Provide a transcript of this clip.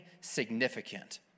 significant